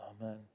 amen